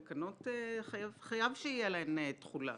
תקנות, חייב שתהיה להן תחולה.